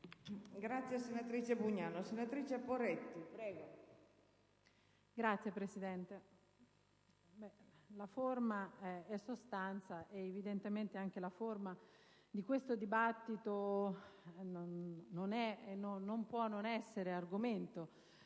*(PD)*. Signora Presidente, la forma è sostanza e, evidentemente, anche la forma di questo dibattito non può non essere argomento